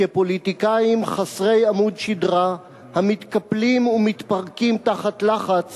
כפוליטיקאים חסרי עמוד שדרה המתקפלים ומתפרקים תחת לחץ